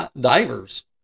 divers